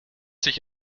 sich